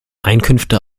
einkünfte